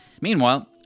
Meanwhile